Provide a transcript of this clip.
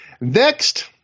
Next